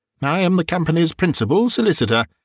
and i am the company's principal solicitor.